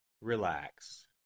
Relax